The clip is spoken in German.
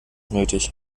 nötig